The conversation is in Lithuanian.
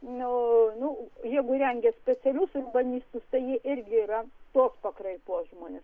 nu nu jeigu rengia specialius urbanistus tai jie irgi yra tos pakraipos žmonės